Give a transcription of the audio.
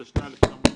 התשנ"ה-1995,